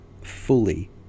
Fully